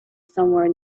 somewhere